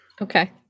Okay